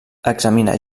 examina